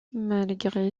malgré